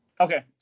Okay